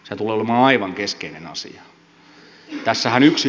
se tulee olemaan aivan keskeinen asia